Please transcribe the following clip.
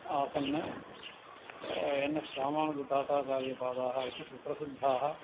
आसन् N S रामानुजताताचार्यपादाः इति सुप्रसिद्धाः